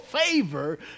favor